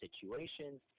situations